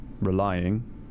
relying